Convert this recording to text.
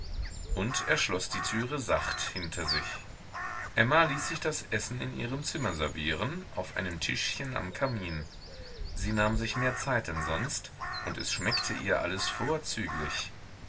und er schloß die türe sacht hinter sich emma ließ sich das essen in ihrem zimmer servieren auf einem tischchen am kamin sie nahm sich mehr zeit denn sonst und es schmeckte ihr alles